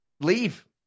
leave